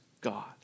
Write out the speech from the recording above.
God